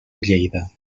lleida